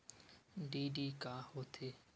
DD का होथे?